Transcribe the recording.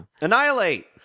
Annihilate